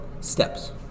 steps